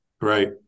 Right